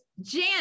Jan